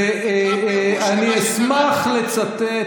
ואני אשמח לצטט,